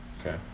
Okay